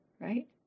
Right